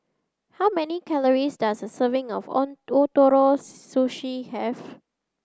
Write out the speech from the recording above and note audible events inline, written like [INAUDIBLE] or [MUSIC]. how many calories does a serving of [UNINTELLIGIBLE] Ootoro Sushi have